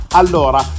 allora